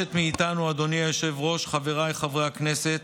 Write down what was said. נדרשת מאיתנו, אדוני היושב-ראש, חבריי חברי הכנסת,